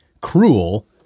cruel